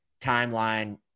timeline